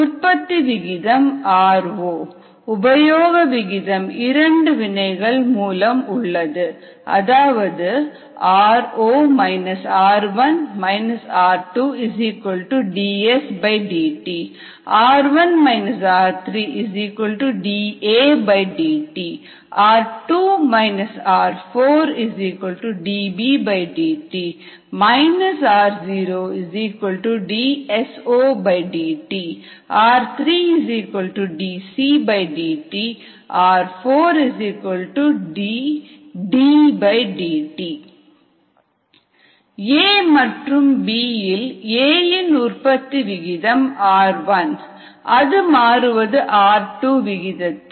உற்பத்தி விகிதம் r0 உபயோக விகிதம் இரண்டு வினைகள் மூலம் உள்ளது அதாவது r0 r1 r2 dsdt r1 r3 dAdt r2 r4 dBdt r0 dS0dt r3 dCdt r4 dDdt A மற்றும் B இல் A இன் உற்பத்தி விகிதம் r1 அது மாறுவது r2 விகிதத்தில்